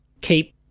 keep